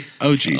OG